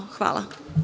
Hvala.